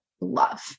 love